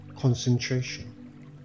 concentration